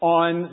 on